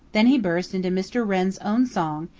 then he burst into mr. wren's own song,